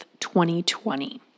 2020